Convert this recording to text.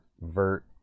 vert